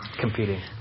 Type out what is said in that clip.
competing